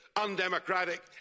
undemocratic